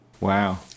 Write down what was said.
Wow